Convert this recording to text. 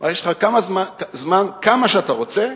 הוא אמר: יש לך זמן כמה שאתה רוצה,